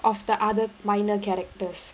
of the other minor characters